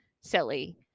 silly